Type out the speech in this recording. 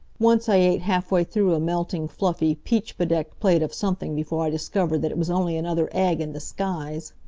once i ate halfway through a melting, fluffy, peach-bedecked plate of something before i discovered that it was only another egg in disguise.